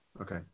Okay